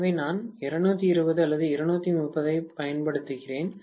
எனவே நான் 220 V அல்லது 230 V ஐப் பயன்படுத்துகிறேன்